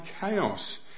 chaos